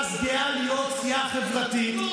ש"ס גאה להיות סיעה חברתית.